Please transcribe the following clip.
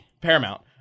Paramount